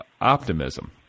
optimism